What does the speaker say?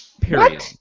Period